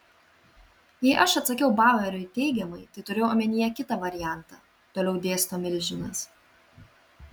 jei aš atsakiau baueriui teigiamai tai turėjau omenyje kitą variantą toliau dėsto milžinas